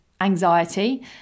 anxiety